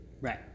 Right